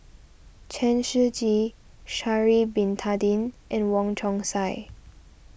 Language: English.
Chen Shiji Sha'ari Bin Tadin and Wong Chong Sai